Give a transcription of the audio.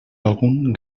algun